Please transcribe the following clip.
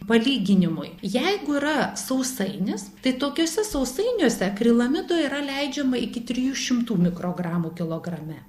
palyginimui jeigu yra sausainis tai tokiuose sausainiuose akrilamido yra leidžiama iki trijų šimtų mikrogramų kilograme